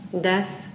death